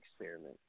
experiment